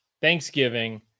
Thanksgiving